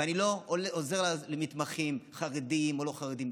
ואני לא עוזר למתמחים חרדים או לא חרדים,